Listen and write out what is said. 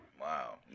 Wow